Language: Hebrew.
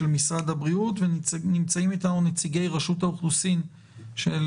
וכן נציגי רשות האוכלוסין וההגירה,